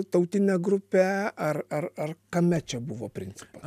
tautine grupe ar ar ar kame čia buvo principas